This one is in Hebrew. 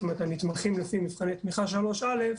הנתמכים לפי מבחני תמיכה 3א,